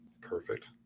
Perfect